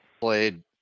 played